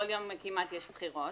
כל יום כמעט יש בחירות.